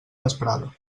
vesprada